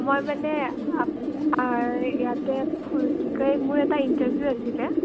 মই মানে ইয়াতে কি কয় মোৰ এটা ইণ্টাৰভিউ আছিলে